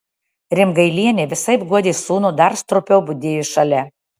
rimgailienė visaip guodė sūnų dar stropiau budėjo šalia